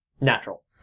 natural